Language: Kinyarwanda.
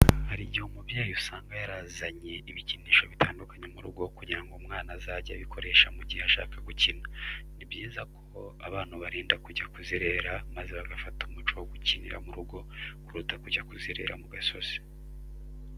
Hari igihe umubyeyi usanga yarazanye ibikinisho bitandukanye mu rugo kugira ngo umwana azajye abikoresha mu gihe ashaka gukina. Ni byiza ko abana ubarinda kujya kuzerera maze bagafata umuco wo gukinira mu rugo kuruta kujya kuzerera mu gasozi.